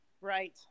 Right